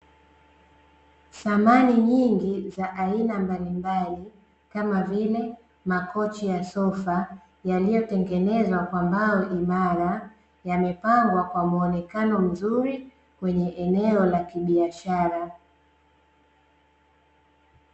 Samani nyingi za aina mbalimbali kama vile makochi ya sofa yaliyotengenezwa kwa mbao imara, yamepangwa kwa muonekano mzuri kwenye eneo la kibiashara.